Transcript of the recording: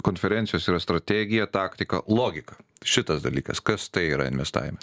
konferencijos yra strategija taktika logika šitas dalykas kas tai yra investavime